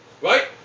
Right